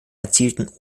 erzielten